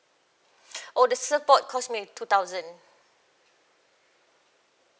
oh the surfboard cost me a two thousand